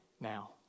now